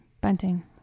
Bunting